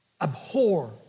Abhor